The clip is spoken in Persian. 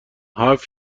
هفت